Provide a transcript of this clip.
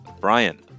Brian